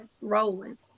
rolling